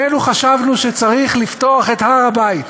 שנינו חשבנו שצריך לפתוח את הר-הבית.